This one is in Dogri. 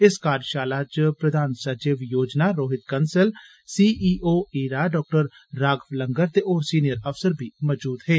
इस कार्यशाला च प्रदान सचिव योजना Rohit Kansal C E O ईरा डॉ राघव लंगर ते होर सीनियर अफसर बी मजूद हे